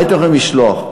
מה הייתם יכולים לשלוח?